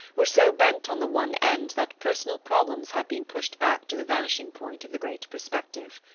were so bent on the one end that personal problems had been pushed back to the vanishing point of the great perspective.